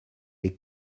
est